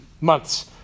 Months